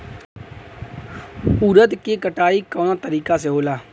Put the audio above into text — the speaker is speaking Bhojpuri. उरद के कटाई कवना तरीका से होला?